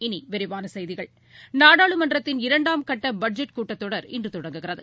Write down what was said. இனி விரிவான செய்திகள் நாடாளுமன்றத்தின் இரண்டாம்கட்ட பட்ஜெட் கூட்டத்தொடர் இன்று தொடங்குகிறது